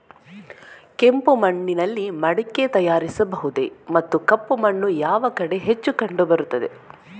ಕೆಂಪು ಮಣ್ಣಿನಲ್ಲಿ ಮಡಿಕೆ ತಯಾರಿಸಬಹುದೇ ಮತ್ತು ಕಪ್ಪು ಮಣ್ಣು ಯಾವ ಕಡೆ ಹೆಚ್ಚು ಕಂಡುಬರುತ್ತದೆ?